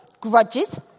Grudges